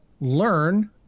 learn